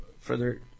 further